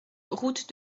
route